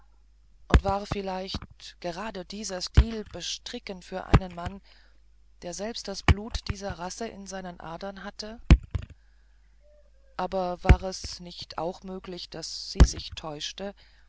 und war vielleicht gerade dieser stil bestrickend für einen mann der selbst das blut dieser rasse in seinen adern hatte aber war es nicht auch möglich daß sie sich täuschte